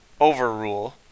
overrule